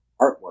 artwork